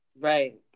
Right